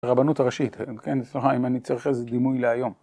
רבנות הראשית, אם אני צריך איזה דימוי להיום.